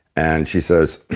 and she says,